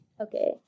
Okay